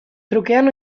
trukean